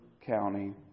County